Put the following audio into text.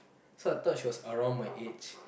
so I thought she was around my age